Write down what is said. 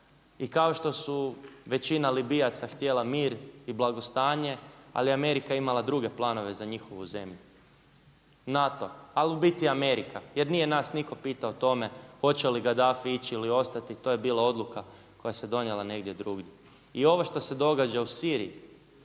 I kao što su većina Libijaca htjela mir i blagostanje, ali Amerika je imala druge planove za njihovu zemlju. NATO ali u biti Amerika, jer nije nas nitko pitao o tome hoće li Gadafi ići ili ostati. To je bila odluka koja se donijela negdje drugdje. I ovo što se događa u Siriji,